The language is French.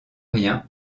rien